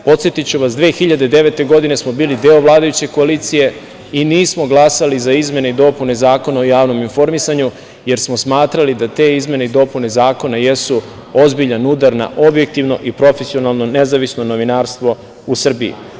Podsetiću vas, 2009. godine smo bili deo vladajuće koalicije i nismo glasali za izmene i dopune Zakona o javnom informisanju jer smo smatrali da te izmene i dopune zakona jesu ozbiljan udar na objektivno i profesionalno nezavisno novinarstvo u Srbiji.